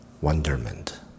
wonderment